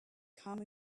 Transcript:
come